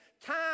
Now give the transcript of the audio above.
time